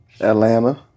Atlanta